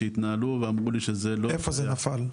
שהתנהלו ואמרו לי שזה לא --- איפה זה נפל?